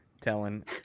telling